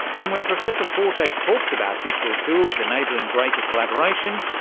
and when professor forte talks about digital tools enabling greater collaboration,